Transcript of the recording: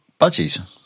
Budgies